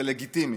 זה לגיטימי,